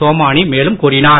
சோமானி மேலும் கூறினார்